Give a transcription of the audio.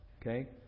Okay